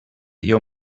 your